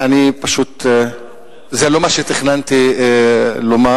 זה לא מה שתכננתי לומר.